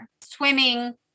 Swimming